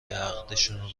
عقدشون